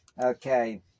Okay